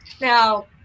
Now